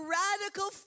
radical